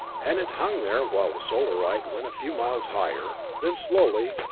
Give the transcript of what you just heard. and it hung there while the solarite went a few miles higher then slowly,